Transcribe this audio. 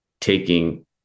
taking